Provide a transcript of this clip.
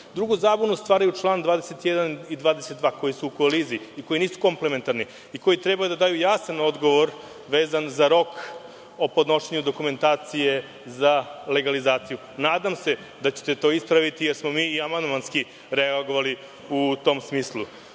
zabunu stvaraju član 21. i 22. koji su u koliziji i koji nisu komplementarni i koji treba da daju jasan odgovor vezan za rok o podnošenju dokumentacije za legalizaciju. Nadam se da ćete to ispraviti, jer smo mi i amandmanski reagovali u tom smislu. Još